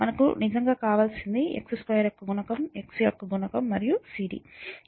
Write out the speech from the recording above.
మనకు నిజంగా కావలసినది x2 యొక్క గుణకం x గుణకం మరియు cd